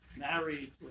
married